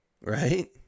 Right